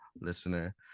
listener